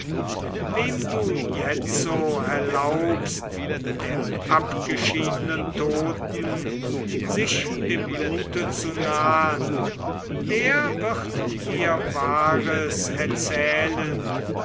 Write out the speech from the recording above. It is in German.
wem du jetzo erlaubst der abgeschiedenen toten sich dem blute zu nahn der wird dir wahres erzählen